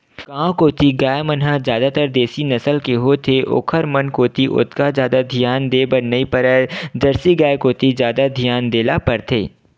गांव कोती गाय मन ह जादातर देसी नसल के होथे ओखर मन कोती ओतका जादा धियान देय बर नइ परय जरसी गाय कोती जादा धियान देय ल परथे